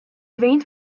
veins